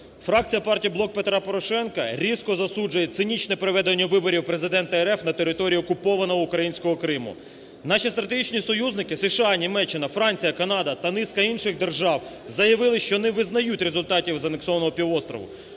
фракція партії "Блок Петра Порошенка" різко засуджує цинічне проведення виборів Президента РФ на території окупованого українського Криму. Наші стратегічні союзники – США, Німеччина, Франція, Канада та низка інших держав – заявили, що не визнають результатів з анексованого півострову.